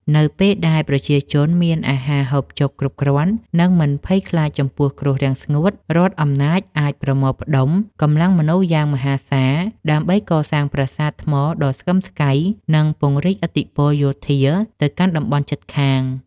នៅពេលដែលប្រជាជនមានអាហារហូបចុកគ្រប់គ្រាន់ និងមិនភ័យខ្លាចចំពោះគ្រោះរាំងស្ងួត រដ្ឋអំណាចអាចប្រមូលផ្តុំកម្លាំងមនុស្សយ៉ាងមហាសាលដើម្បីកសាងប្រាសាទថ្មដ៏ស្កឹមស្កៃ និងពង្រីកឥទ្ធិពលយោធាទៅកាន់តំបន់ជិតខាង។